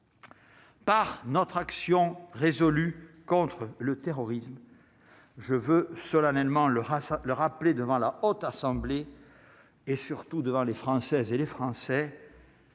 Par notre action résolue contre le terrorisme, je veux solennellement le à le rappeler devant la Haute Assemblée et surtout devant les Françaises et les Français.